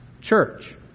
church